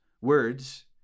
words